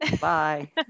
Bye